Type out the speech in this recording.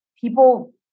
people